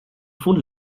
fonde